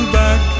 back